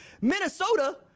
Minnesota